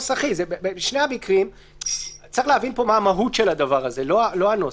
צריך להבין מה המהות של הדבר הזה, לא הנוסח.